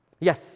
Yes